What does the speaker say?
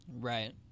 Right